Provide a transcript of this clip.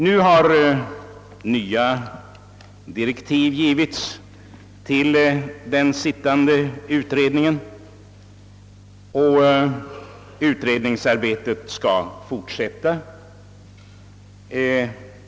Nu har nya direktiv givits till den sittande utredningen, och utredningsarbetet skall fortsätta.